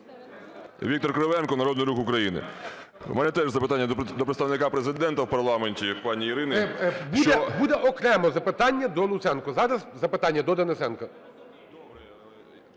Віктор Кривенко, Народний Рух України. У мене запитання до Представника Президента у парламенті пані Ірини. ГОЛОВУЮЧИЙ. Буде окремо запитання до Луценко, зараз запитання до Денисенка.